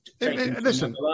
Listen